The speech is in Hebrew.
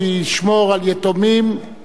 אלמנות ונכים.